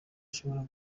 ushobora